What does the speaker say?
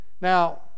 now